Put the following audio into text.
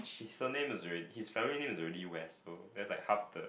his surname is already his family is already West so that's like half the